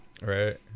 Right